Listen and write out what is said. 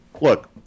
look